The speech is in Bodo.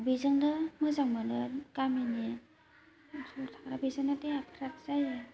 बेजोंनो मोजां मोनो गामिनि बेजोंनो देहा फ्रात जायो